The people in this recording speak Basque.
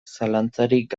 zalantzarik